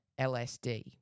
LSD